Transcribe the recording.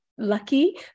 lucky